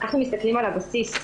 אנחנו מסתכלים על הבסיס,